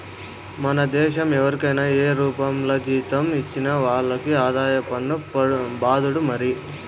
మన దేశం ఎవరికైనా ఏ రూపంల జీతం ఇచ్చినా వాళ్లకి ఆదాయ పన్ను బాదుడే మరి